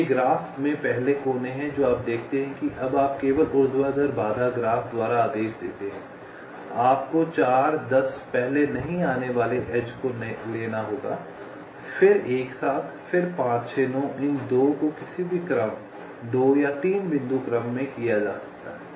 ये ग्राफ़ में पहले कोने हैं जो आप देखते हैं कि अब आप केवल ऊर्ध्वाधर बाधा ग्राफ द्वारा आदेश देते हैं आपको 4 10 पहले नहीं आने वाले एज को लेना होगा फिर 1 7 फिर 5 6 9 इन 2 को किसी भी क्रम 2 या 3 बिंदु क्रम में किया जा सकता है